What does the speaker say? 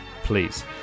please